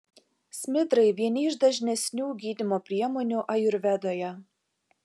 smidrai vieni iš dažnesnių gydymo priemonių ajurvedoje